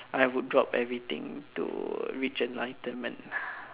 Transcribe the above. I would drop everything to reach enlightenment